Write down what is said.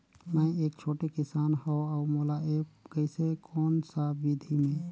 मै एक छोटे किसान हव अउ मोला एप्प कइसे कोन सा विधी मे?